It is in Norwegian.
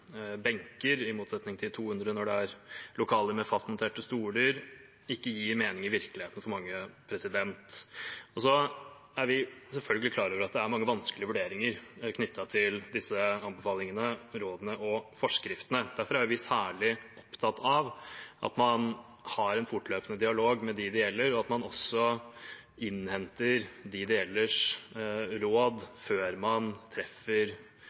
fastmonterte stoler, gir ikke mening i virkeligheten for mange. Så er vi selvfølgelig klar over at det er mange vanskelige vurderinger knyttet til disse anbefalingene, rådene og forskriftene. Derfor er vi særlig opptatt av at man har en fortløpende dialog med dem det gjelder, og at man også innhenter råd fra dem det gjelder, før man treffer